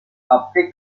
après